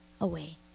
away